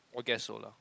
I guess so lah